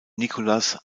nicolás